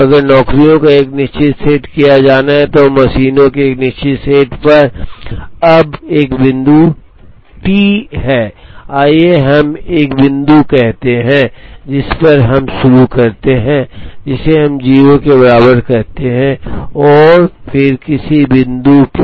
तो अगर नौकरियों का एक निश्चित सेट किया जाना है तो मशीनों के एक निश्चित सेट पर अब एक बिंदु टी है आइए हम एक बिंदु कहते हैं जिस पर हम शुरू करते हैं जिसे हम 0 के बराबर कहते हैं और फिर किसी बिंदु पर